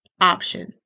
option